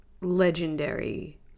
legendary